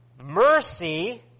Mercy